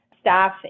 staff